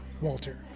Walter